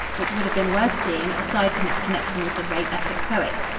which would have been worth seeing aside from its connection with the great epic poet.